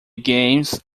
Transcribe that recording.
games